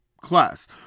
class